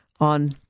on